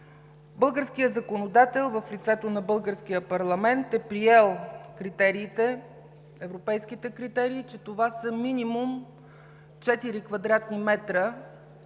Българският законодател в лицето на българския парламент е приел европейските критерии, че това са минимум 4 кв. м